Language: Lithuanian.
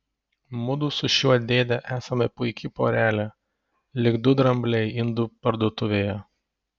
mudu su šiuo dėde esame puiki porelė lyg du drambliai indų parduotuvėje